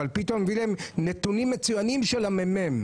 אבל פתאום יש נתונים מצוינים של המ.מ.מ.